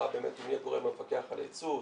באמת הוא מי הגורם המפקח על הייצור.